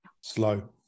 slow